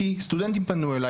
כי סטודנטים פנו אליי,